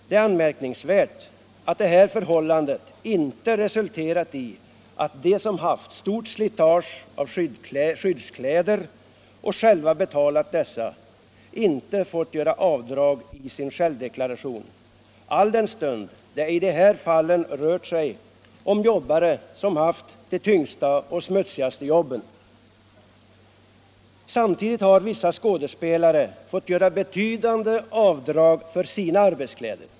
Det är anmärkningsvärt att detta förhållande inte har resulterat i att de som haft stort slitage på skyddskläder och själva betalat dessa fått göra avdrag i sin självdeklaration, fastän det i de här fallen har rört sig om jobbare som haft de tyngsta och smutsigaste jobben. Samtidigt har vissa skådespelare fått göra betydande avdrag för sina arbetskläder.